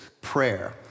prayer